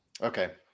Okay